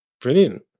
Brilliant